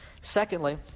Secondly